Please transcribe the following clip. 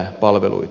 herr talman